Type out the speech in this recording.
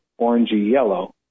orangey-yellow